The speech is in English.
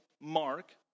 Mark